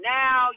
now